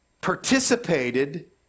participated